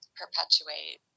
perpetuate